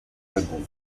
álbum